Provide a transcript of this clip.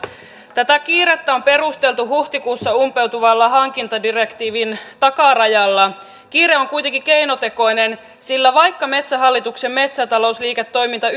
tätä kiirettä on perusteltu huhtikuussa umpeutuvalla hankintadirektiivin takarajalla kiire on kuitenkin keinotekoinen sillä vaikka metsähallituksen metsätalousliiketoiminta